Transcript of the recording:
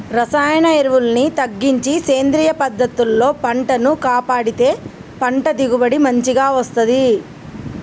రసాయన ఎరువుల్ని తగ్గించి సేంద్రియ పద్ధతుల్లో పంటను కాపాడితే పంట దిగుబడి మంచిగ వస్తంది